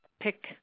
pick